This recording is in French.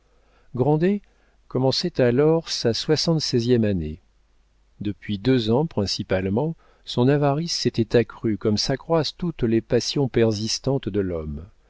commençait alors sa soixante seizième année depuis deux ans principalement son avarice s'était accrue comme s'accroissent toutes les passions persistantes de l'homme